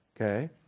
Okay